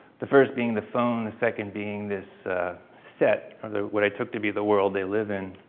the first being the phone, the second being this set or the what i took to be the world they live in